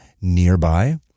nearby